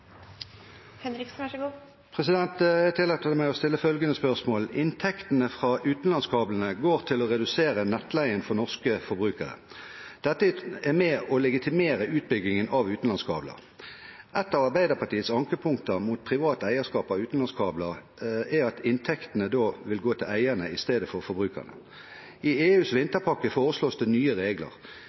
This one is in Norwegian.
å redusere nettleien for norske forbrukere. Dette er med på å legitimere utbyggingen av utenlandskabler. Et av Arbeiderpartiets ankepunkter mot privat eierskap av utenlandskabler er at inntektene vil gå til eierne i stedet for forbrukerne. I EUs vinterpakke foreslås det nye regler.